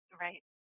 Right